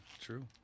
true